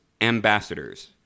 ambassadors